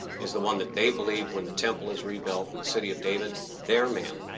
is the one that they believe, when the temple is rebuilt in the city of david, their man,